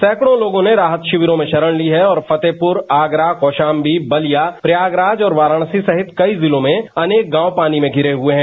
सैकड़ों लोगों ने राहत शिविरों में शरण ली है और फतेहपुर आगरा कौशांबी बलिया प्रयागराज और वाराणसी सहित कई जिलों में अनेक गांव पानी में धिरे हुए हैं